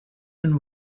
and